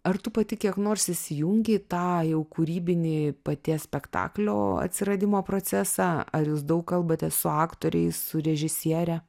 ar tu pati kiek nors įsijungi tą jau kūrybinį paties spektaklio atsiradimo procesą ar jūs daug kalbate su aktoriais su režisiere